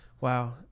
Wow